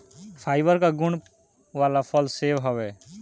fibre कअ गुण वाला फल सेव हवे